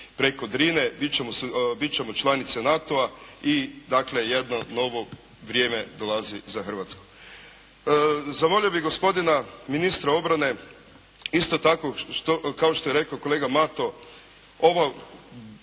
preko Drine, biti ćemo članice NATO-a i, dakle jedno novo vrijeme dolazi za Hrvatsku. Zamolio bih gospodina ministra obrane, isto tako kao što je rekao kolega Mato, ovo